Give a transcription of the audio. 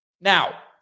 Now